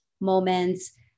moments